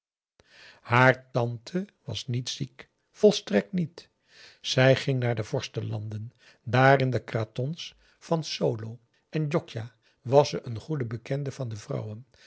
haar tante was niet ziek volstrekt niet zij ging naar de vorstenlanden daar in de kratons van solo en djokja was ze een goede bekende van de vrouwen